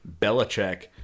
Belichick